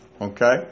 Okay